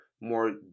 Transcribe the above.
more